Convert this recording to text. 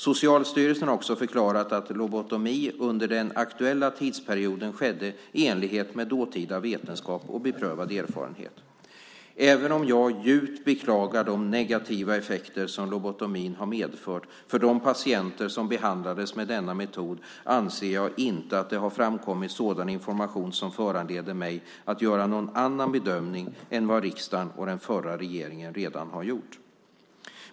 Socialstyrelsen har också förklarat att lobotomi under den aktuella tidsperioden skedde i enlighet med dåtida vetenskap och beprövad erfarenhet. Även om jag djupt beklagar de negativa effekter som lobotomin har medfört för de patienter som behandlades med denna metod anser jag inte att det har framkommit sådan information som föranleder mig att göra någon annan bedömning än vad riksdagen och den förra regeringen redan har gjort.